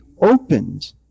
opened